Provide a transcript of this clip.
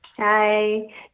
Hi